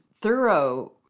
thorough